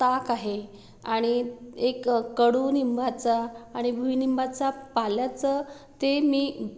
ताक आहे आणि एक कडुनिंबाचा आणि भुईनिंबाचा पाल्याचं ते मी